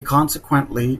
consequently